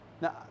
Now